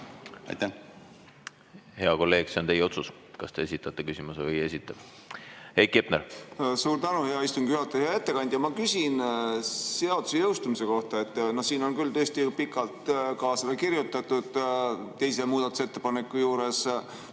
Hea kolleeg, see on teie otsus, kas te esitate küsimuse või ei esita. Heiki Hepner. Suur tänu, hea istungi juhataja! Hea ettekandja! Ma küsin seaduse jõustumise kohta. No siin on küll tõesti pikalt sellest ka kirjutatud teise muudatusettepaneku juures.